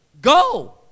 Go